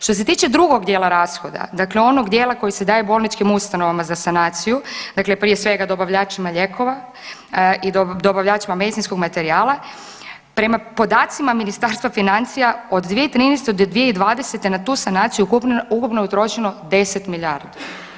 Što se tiče drugog dijela rashoda, dakle onog dijela koji se daje bolničkim ustanovama za sanaciju, dakle prije svega dobavljačima lijekova i dobavljačima medicinskog materijala, prema podacima Ministarstva financija od 2013. do 2020. na tu sanaciju ukupno je utrošeno 10 milijardi.